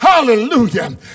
Hallelujah